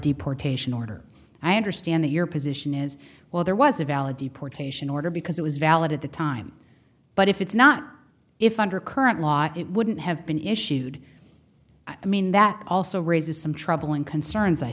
deportation order i understand that your position is well there was a valid deportation order because it was valid at the time but if it's not if under current law it wouldn't have been issued i mean that also raises some troubling concerns i